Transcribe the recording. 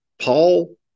Paul